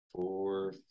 four